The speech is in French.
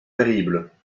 terrible